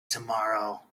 tomorrow